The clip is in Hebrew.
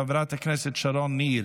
חברת הכנסת שרון ניר,